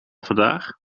vandaag